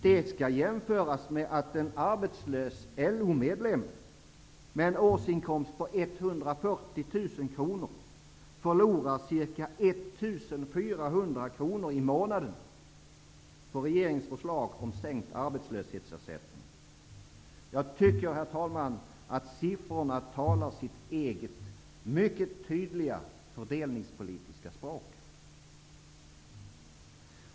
Detta skall jämföras med att en arbetslös LO-medlem med en årsinkomst på 140 000 kr förlorar ca 1 400 kr i månaden på regeringens förslag om sänkt arbetslöshetsersättning. Siffrorna talar, herr talman, sitt eget tydliga fördelningspolitiska språk.